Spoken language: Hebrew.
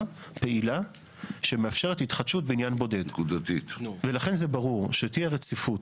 פעילה שמאפשרת התחדשות בניין בודד ולכן זה ברור שתהיה רציפות.